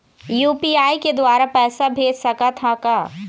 UPI के द्वारा पैसा भेज सकत ह का?